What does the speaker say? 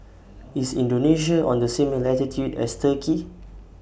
IS Indonesia on The same latitude as Turkey